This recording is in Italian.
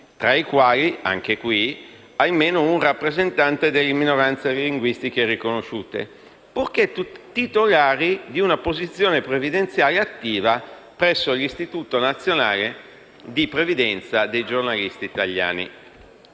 tra i quali - anche in questo caso - almeno un rappresentante delle minoranze linguistiche riconosciute, purché titolari di una posizione previdenziale attiva presso l'Istituto nazionale di previdenza dei giornalisti italiani.